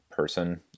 person